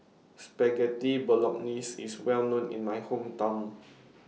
Spaghetti Bolognese IS Well known in My Hometown